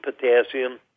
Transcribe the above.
potassium